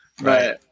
Right